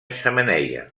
xemeneia